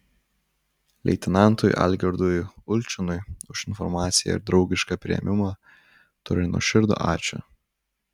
leitenantui algirdui ulčinui už informaciją ir draugišką priėmimą tariu nuoširdų ačiū